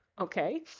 okay